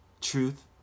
truth